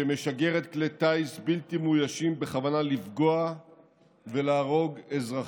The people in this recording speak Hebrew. שמשגרת כלי טיס בלתי מאוישים בכוונה לפגוע ולהרוג אזרחים.